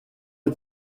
est